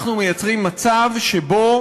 אנחנו מייצרים מצב שבו